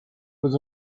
was